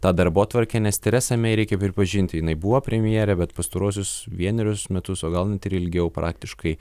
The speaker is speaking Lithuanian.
tą darbotvarkę nes teresa mei reikia pripažinti jinai buvo premjere bet pastaruosius vienerius metus o gal net ir ilgiau praktiškai